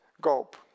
gulp